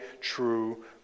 true